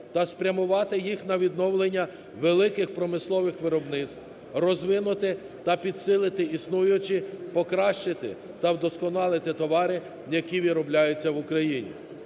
та спрямувати їх на відновлення великих промислових виробництв, розвинути та підсилити існуючі, покращити та вдосконалити товари, які виробляються в Україні.